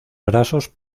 grasos